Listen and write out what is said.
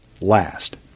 last